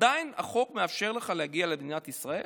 עדיין החוק מאפשר לך להגיע למדינת ישראל,